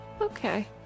okay